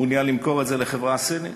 מעוניין למכור את זה לחברה סינית,